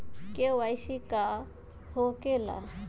KYC का हो के ला?